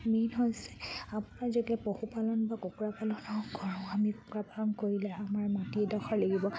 main হৈছে আপোনাৰ যেগে পশুপালন বা কুকুৰা পালনৰ কৰোঁ আমি কুকুৰা পালন কৰিলে আমাৰ মাটিডোখৰ লাগিব